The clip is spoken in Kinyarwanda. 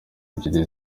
ebyiri